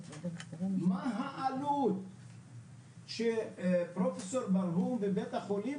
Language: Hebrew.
מה העלות שפרופסור ברהום בבית החולים